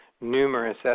numerous